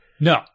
No